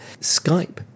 skype